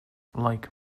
like